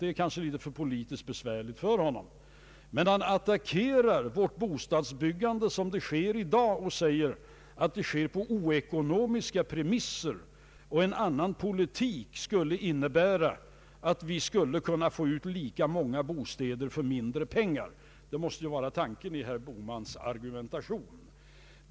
Det är kanske litet för politiskt besvärligt för honom, men han attackerar själva bostadsbyggandet och säger att det sker på oekonomiska premisser och att en annan politik skulle innebära att vi fick fram lika många bostäder för mindre pengar. Det måste vara tanken i herr Bohmans argumentation.